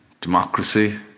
democracy